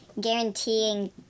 guaranteeing